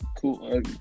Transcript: cool